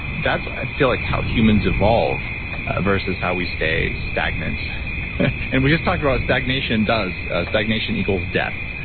that's i feel like how humans evolve versus how we stay stagnant and we just talked about stagnation does, stagnation equals death.